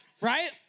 Right